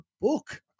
book